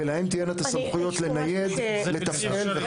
ולהם תהיינה את הסמכויות לנייד ולתפעל.